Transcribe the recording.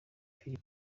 phil